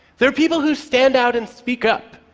they are people who stand out and speak up.